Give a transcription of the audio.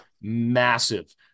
massive